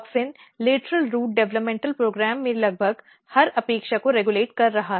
auxin lateral root विकास कार्यक्रम के लगभग हर अपेक्षा को रेगुलेट कर रहा है